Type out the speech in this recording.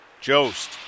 Jost